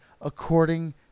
according